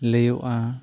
ᱞᱮᱭᱚᱜ ᱟ